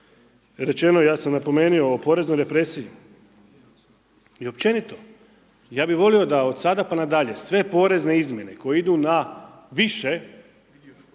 rečeno, ja sam napomenuo o poreznoj represiji i općenito, ja bih volio da od sada pa na dalje sve porezne izmjene koje idu na više,